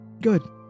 Good